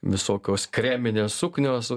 visokios kreminės suknios